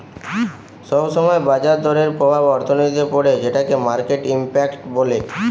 সব সময় বাজার দরের প্রভাব অর্থনীতিতে পড়ে যেটোকে মার্কেট ইমপ্যাক্ট বলে